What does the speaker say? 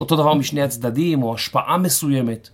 אותו דבר משני הצדדים או השפעה מסוימת.